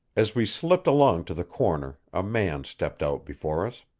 as we slipped along to the corner a man stepped out before us.